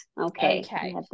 okay